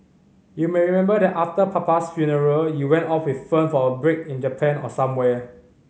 you may remember that after papa's funeral you went off with Fern for a break in Japan or somewhere